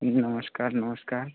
जी नमस्कार नमस्कार